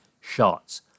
shots